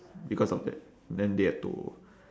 because of that then they have to